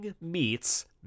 meets